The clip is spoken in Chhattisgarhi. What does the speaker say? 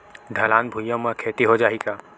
ढलान भुइयां म खेती हो जाही का?